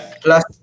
Plus